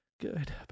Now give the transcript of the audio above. good